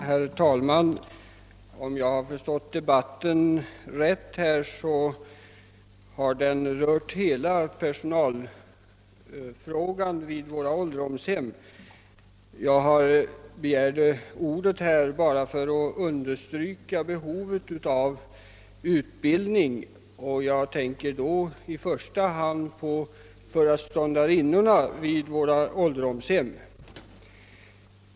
Herr talman! Om jag förstått debatten rätt har den rört utbildningen av alla personalkategorier för ålderdomshemmen, Jag begärde ordet för att understryka behovet av utbildning av framför allt föreståndarinnorna vid ålderdomshemmen.